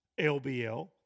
LBL